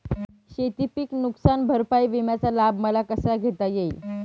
शेतीपीक नुकसान भरपाई विम्याचा लाभ मला कसा घेता येईल?